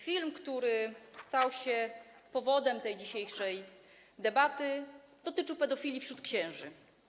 Film, który stał się powodem dzisiejszej debaty, dotyczy pedofilii wśród księży.